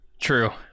True